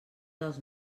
dels